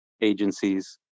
agencies